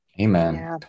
Amen